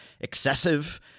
excessive